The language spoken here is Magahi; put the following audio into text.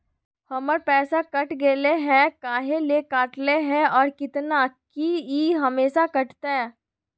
हमर पैसा कट गेलै हैं, काहे ले काटले है और कितना, की ई हमेसा कटतय?